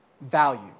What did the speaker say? value